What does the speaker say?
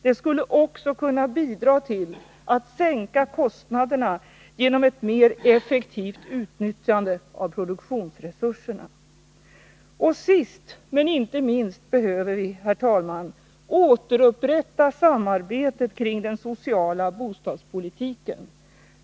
Det skulle också kunna bidra till att sänka kostnaderna genom ett mer effektivt utnyttjande av produktionsresurserna. Och sist men inte minst behöver vi, herr talman, återupprätta samarbetet kring den sociala bostadspolitiken.